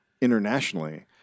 internationally